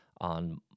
on